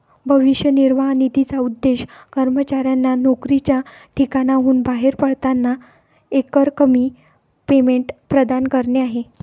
भविष्य निर्वाह निधीचा उद्देश कर्मचाऱ्यांना नोकरीच्या ठिकाणाहून बाहेर पडताना एकरकमी पेमेंट प्रदान करणे आहे